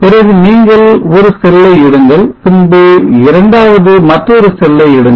பிறகு நீங்கள் ஒரு செல்லை எடுங்கள் பின்பு இரண்டாவது மற்றொரு செல்லை எடுங்கள்